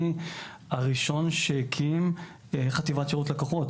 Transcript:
הראשון שהקים חטיבת שירות לקוחות,